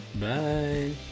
Bye